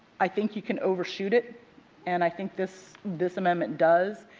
i think you can overshoot. it and i think this this amendment does.